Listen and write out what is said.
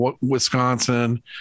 Wisconsin